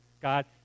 God